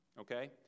Okay